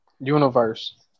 Universe